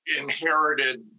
inherited